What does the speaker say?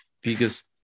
biggest